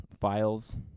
files